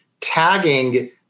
tagging